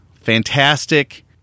fantastic